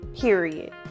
period